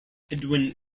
edwin